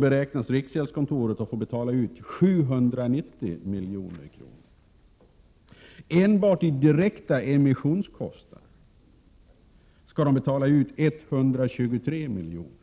beräknas riksgäldskontoret få betala 790 milj.kr. Enbart i direkta emissionskostnader skall riksgäldskontoret betala 123 miljoner.